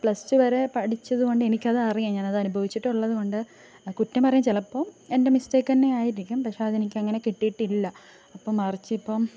plus two വരെ പഠിച്ചതു കൊണ്ട് എനിക്കത് അറിയാൻ ഞാനത് അനുഭവിച്ചിട്ടുള്ളത് കൊണ്ട് കുറ്റം പറയും ചിലപ്പോൾ എൻ്റെ മിസ്റ്റക്കെന്നെ ആയിരിക്കും പക്ഷേ അതെനിക്കങ്ങനെ കിട്ടീട്ടില്ല അപ്പോൾ മറിച്ചിപ്പം